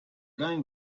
going